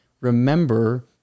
remember